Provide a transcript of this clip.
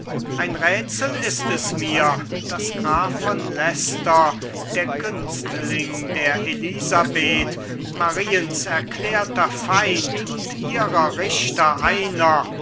ein rätsel ist es mir daß graf von leicester der günstling der elisabeth mariens erklärter feind und ihrer richter einer